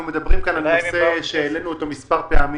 אנחנו מדברים כאן על נושא שהעלינו אותו מספר פעמים.